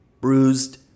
bruised